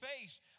face